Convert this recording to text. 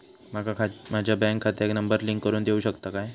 माका माझ्या बँक खात्याक नंबर लिंक करून देऊ शकता काय?